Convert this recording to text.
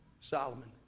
Solomon